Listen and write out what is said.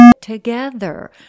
together